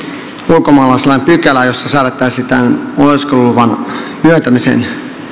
ulkomaalaislain pykälää jossa säädettäisiin oleskeluluvan myöntämisen